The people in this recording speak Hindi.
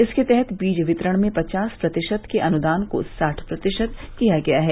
इसके तहत बीज वितरण में पचास प्रतिशत के अनुदान को साठ प्रतिशत किया गया है